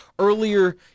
Earlier